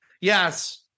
yes